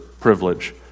privilege